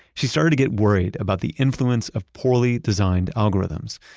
she started to get worried about the influence of poorly designed algorithms.